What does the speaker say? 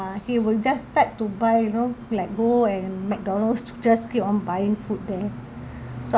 uh he will just start to buy you know like go and mcdonald's to just keep on buying food there so